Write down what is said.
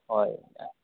ꯍꯣꯏ